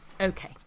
okay